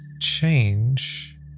change